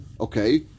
okay